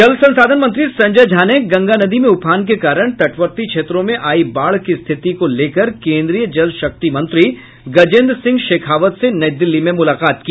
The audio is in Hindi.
जल संसाधन मंत्री संजय झा ने गंगा नदी में उफान के कारण तटवर्ती क्षेत्रों में आयी बाढ़ की स्थिति को लेकर केन्द्रीय जल शक्ति मंत्री गजेन्द्र सिंह शेखावत से नई दिल्ली में मुलाकात की